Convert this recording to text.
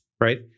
Right